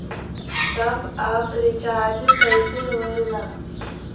Top up recharge कइसे होएला?